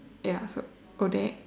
ya so ODAC